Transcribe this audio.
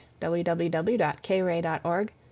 www.kray.org